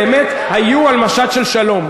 באמת היו על משט של שלום.